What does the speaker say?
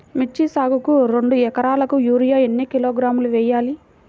మిర్చి సాగుకు రెండు ఏకరాలకు యూరియా ఏన్ని కిలోగ్రాములు వేయాలి?